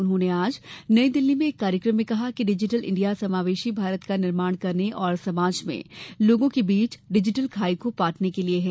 उन्होंने आज नई दिल्ली में एक कार्यक्रम में कहा कि डिजिटल इंडिया समावेशी भारत का निर्माण करने और समाज में लोगों के बीच डिजिटल खाई को पाटने के लिये है